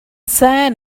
sand